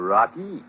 Rocky